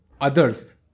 others